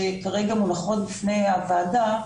שכרגע מונחות בפני הוועדה,